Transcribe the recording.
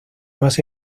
más